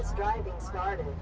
driving started.